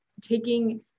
taking